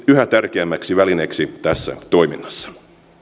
yhä tärkeämmäksi välineeksi tässä toiminnassa